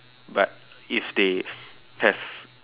but if they have